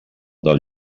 del